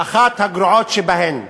אחת הגרועות שבהן.